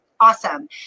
awesome